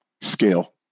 scale